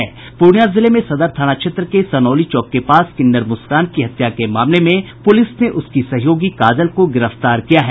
पूर्णियां जिले में सदर थाना क्षेत्र के सनोली चौक के पास किन्नर मुस्कान की हत्या के मामले में पुलिस ने उसकी सहयोगी काजल को गिरफ्तार किया है